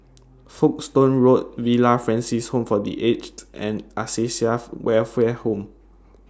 Folkestone Road Villa Francis Home For The Aged and Acacia Welfare Home